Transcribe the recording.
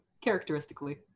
characteristically